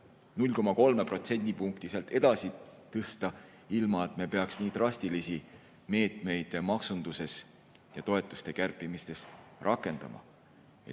0,3% sealt edasi tõsta, ilma et me peaksime nii drastilisi meetmeid maksunduses ja toetuste kärpimises rakendama.